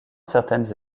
certaines